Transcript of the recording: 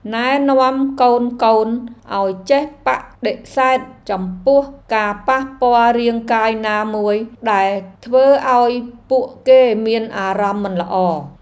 ណែនាំកូនៗឱ្យចេះបដិសេធចំពោះការប៉ះពាល់រាងកាយណាមួយដែលធ្វើឱ្យពួកគេមានអារម្មណ៍មិនល្អ។